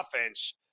offense